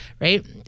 right